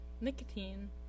nicotine